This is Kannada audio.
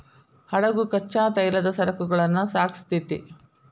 ಹಡಗು ಕಚ್ಚಾ ತೈಲದ ಸರಕುಗಳನ್ನ ಸಾಗಿಸ್ತೆತಿ